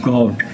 God